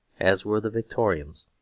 as were the victorians,